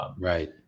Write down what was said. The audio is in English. right